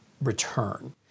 return